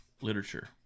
literature